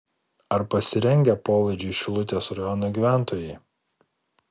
ar pasirengę polaidžiui šilutės rajono gyventojai